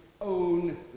own